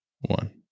one